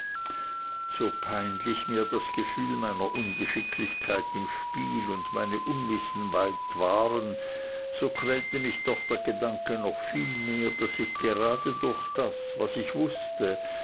so peinlich mir das gefühl meiner ungeschicklichkeit im spiel und meine unwissenheit waren so quälte mich doch der gedanke noch vielmehr daß ich gerade durch das was ich wußte